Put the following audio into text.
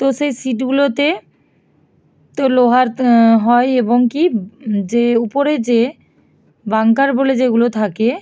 তো সেই সিটগুলোতে তো লোহার ত্ হয় এবং কী যে উপরে যে বাঙ্কার বলে যেগুলো থাকে